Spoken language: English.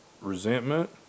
Resentment